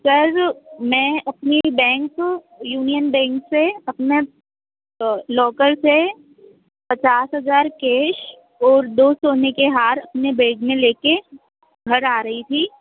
sir मैं अपनी bank Union Bank से अपना लॉकर से पचास हज़ार केश और दो सोने के हार अपने बैग में ले कर घर आ रही थी